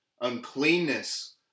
uncleanness